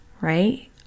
right